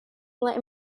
let